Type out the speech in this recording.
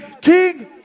King